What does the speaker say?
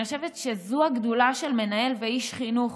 אני חושבת שזו הגדולה של מנהל ואיש חינוך